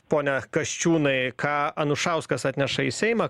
pone kasčiūnai ką anušauskas atneša į seimą